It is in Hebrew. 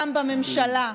גם בממשלה,